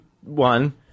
one